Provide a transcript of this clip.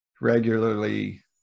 regularly